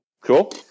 Cool